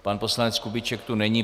Pan poslanec Kubíček tu není.